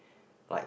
like